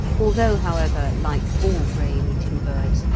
although, however, like all grain-eating birds,